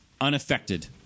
Unaffected